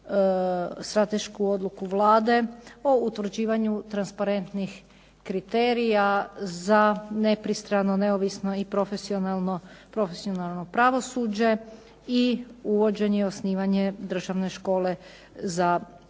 stratešku odluku Vlade o utvrđivanju transparentnih kriterija za nepristrano, neovisno i profesionalno pravosuđe, i uvođenje i osnivanje državne škole za suce.